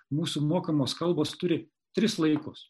mūsų mokamos kalbos turi tris laikus